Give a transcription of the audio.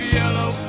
yellow